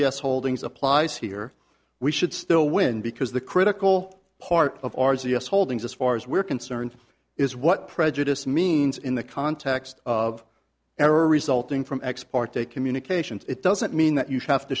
yes holdings applies here we should still win because the critical part of ours yes holdings as far as we're concerned is what prejudice means in the context of error resulting from ex parte communications it doesn't mean that you have to